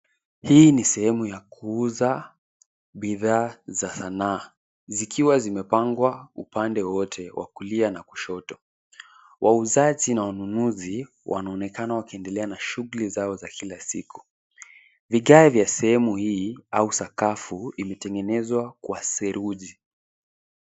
Hii ni sehemu ya kuuza bidhaa za sanaa zikiwa zimepangwa upande wote wa kulia na kushoto. Wauzaji na wanunuzi wanaonekana wakiendelea na shughuli zao za kila siku. Vigae vya sehemu hii au sakafu ilitengenezwa kwa saruji.